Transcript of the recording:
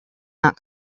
not